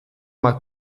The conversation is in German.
mal